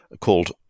called